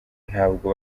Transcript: ntabwo